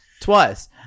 twice